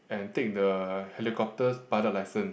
and take the helicopter's pilot license